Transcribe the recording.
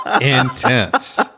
intense